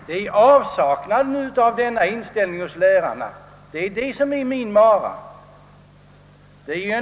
Det är avsaknaden av denna inställning hos lärarna som är min mara.